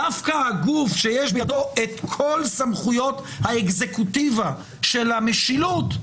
דווקא הגוף שיש בידו את כל סמכויות האקזקוטיבה של המשילות,